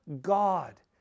God